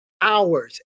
hours